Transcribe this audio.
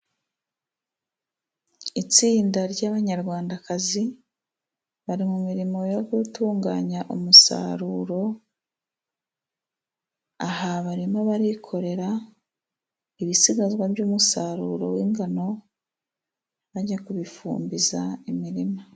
Itsinda ry'Abanyarwandakazi, bari mu mirimo yo gutunganya umusaruro. Aha barimo barikorera ibisigazwa by'umusaruro w'ingano bajya kubifumbiza imirima.